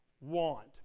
want